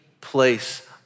place